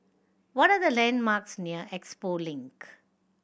what are the landmarks near Expo Link